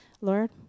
Lord